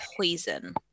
poison